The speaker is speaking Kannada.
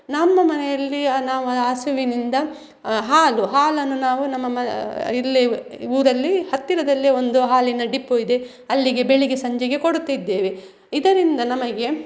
ನಮ್ಮ ಮನೆಯಲ್ಲಿ ಆ ನಾವು ಹಸುವಿನಿಂದ ಹಾಲು ಹಾಲನ್ನು ನಾವು ನಮ್ಮ ಮನ ಇಲ್ಲಿ ಊರಲ್ಲಿ ಹತ್ತಿರದಲ್ಲೇ ಒಂದು ಹಾಲಿನ ಡಿಪೋ ಇದೆ ಅಲ್ಲಿಗೆ ಬೆಳಗ್ಗೆ ಸಂಜೆಗೆ ಕೊಡುತ್ತಿದ್ದೇವೆ ಇದರಿಂದ ನಮಗೆ